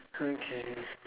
okay